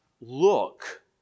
look